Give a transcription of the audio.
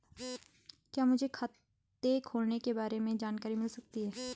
क्या मुझे खाते खोलने के बारे में जानकारी मिल सकती है?